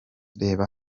reba